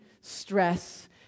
stress